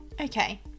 Okay